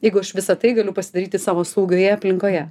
jeigu aš visa tai galiu pasidaryti savo saugioje aplinkoje